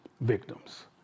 victims